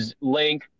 Link